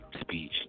speech